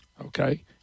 Okay